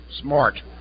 smart